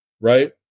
right